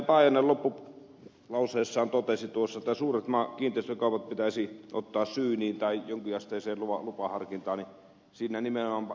paajanen loppulauseessaan totesi tuossa että suuret kiinteistökaupat pitäisi ottaa syyniin tai jonkinasteiseen lupaharkintaan niin siinä nimenomaan ed